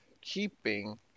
keeping